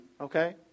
okay